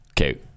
okay